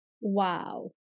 Wow